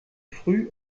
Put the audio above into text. früh